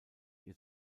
ihr